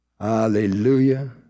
Hallelujah